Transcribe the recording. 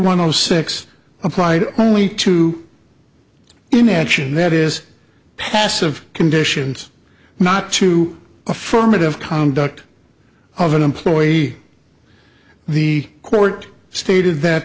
zero six applied only to in action that is passive conditions not to affirmative conduct of an employee the court stated that